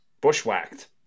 Bushwhacked